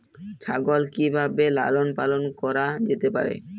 ছাগল কি ভাবে লালন পালন করা যেতে পারে?